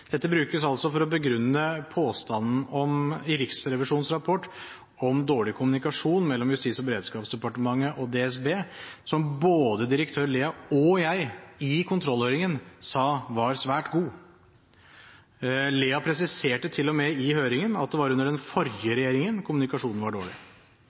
Dette brukes altså for å begrunne påstanden i Riksrevisjonens rapport om dårlig kommunikasjon mellom Justis- og beredskapsdepartementet og DSB, som både direktør Lea og jeg i kontrollhøringen sa var svært god. Lea presiserte til og med i høringen at det var under den forrige regjeringen kommunikasjonen var dårlig.